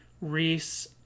Reese